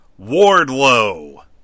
Wardlow